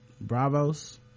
bravo's